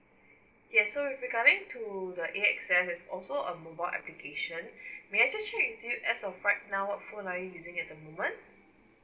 yes so with regarding to the A_X_S there's also a mobile application may I just check with you as of right now what phone are you using at the moment